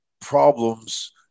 problems